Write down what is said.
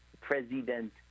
President